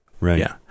right